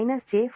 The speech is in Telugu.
33 j 4